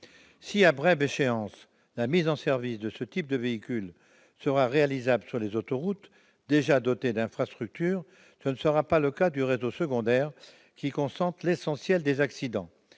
Si, à brève échéance, la mise en service de ce type de véhicules sera réalisable sur les autoroutes, déjà dotées d'infrastructures, il n'en va pas de même pour le réseau secondaire, où se concentre l'essentiel des accidents